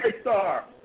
Star